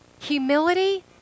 humility